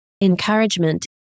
encouragement